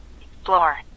Explore